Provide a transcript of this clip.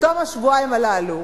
בתום השבועיים הללו